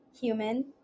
human